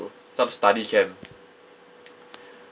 some study camp